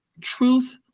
truth